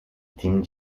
tim